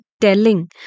telling